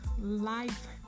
life